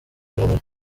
ikiganiro